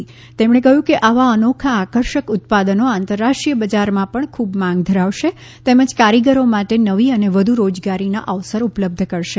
શ્રી ગડકરીએ કહ્યું કે આવા અનોખો આર્કષક ઉત્પાદનો આંતરરાષ્ટ્રીય બજારમાં પણ ખૂબ માંગ ધરાવશે તેમજ કારીગરો માટે નવી અને વધુ રોજગારીના અવસર ઉપલબ્ધ કરશે